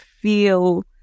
feel